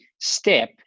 step